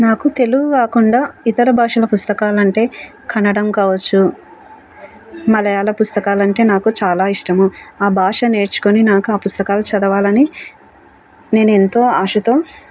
నాకు తెలుగు కాకుండా ఇతర భాషల పుస్తకాలంటే కన్నడం కావచ్చు మలయాాల పుస్తకాలంటే నాకు చాలా ఇష్టము ఆ భాష నేర్చుకుని నాకు ఆ పుస్తకాలు చదవాలని నేను ఎంతో ఆశతో